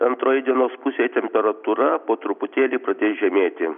antroje dienos pusėj temperatūra po truputėlį pradės žemėti